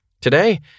Today